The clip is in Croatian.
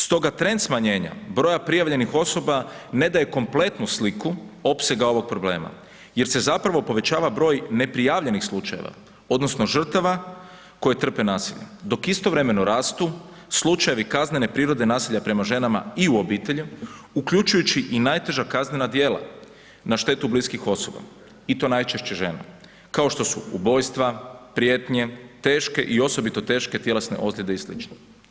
Stoga trend smanjenja broja prijavljenih osoba ne daje kompletnu sliku opsega ovog problema jer se zapravo povećava broj neprijavljenih slučajeva, odnosno žrtava koje trpe nasilje dok istovremeno rastu slučajevi kaznene prirode nasilja prema ženama i u obitelji, uključujući i najteža kaznena djela na štetu bliskih osoba i to najčešće žena, kao što su ubojstva, prijetnje, teške i osobito teške tjelesne ozljede i slično.